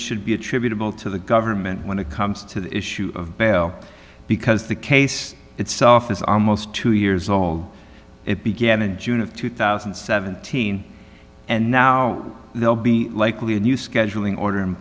should be attributable to the government when it comes to the issue of bail because the case itself is almost two years old it began in june of two thousand and seventeen and now they'll be likely a new scheduling order in